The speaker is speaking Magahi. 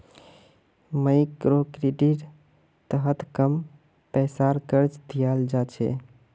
मइक्रोक्रेडिटेर तहत कम पैसार कर्ज दियाल जा छे